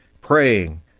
praying